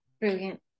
Brilliant